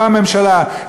לא הממשלה,